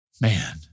Man